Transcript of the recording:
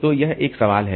तो यह एक सवाल है